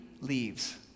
leaves